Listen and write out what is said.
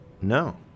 No